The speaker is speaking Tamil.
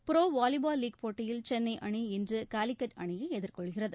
ப்ரோ வாலிபால் லீக் போட்டியில் சென்னை அணி இன்று காலிகட் அணியை எதிர்கொள்கிறது